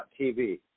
TV